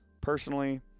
Personally